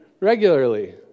regularly